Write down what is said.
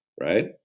right